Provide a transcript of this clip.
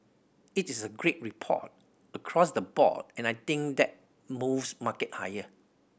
it is a great report across the board and I think that moves market higher